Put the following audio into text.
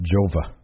Jova